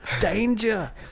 Danger